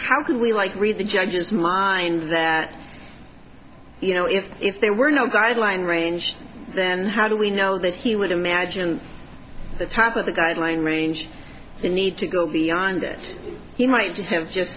how can we like read the judge's mind that you know if if there were no guideline range then how do we know that he would imagine the top of the guideline range we need to go beyond that he might have just